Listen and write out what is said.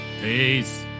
peace